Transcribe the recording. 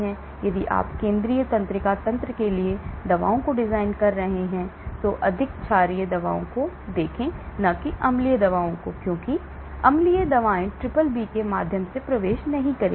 इसलिए यदि आप केंद्रीय तंत्रिका तंत्र के लिए दवाओं को डिजाइन कर रहे हैं तो अधिक क्षारीय दवाओं को देखें न कि अम्लीय दवाओं को क्योंकि अम्लीय दवाएं BBB के माध्यम से प्रवेश नहीं करेंगी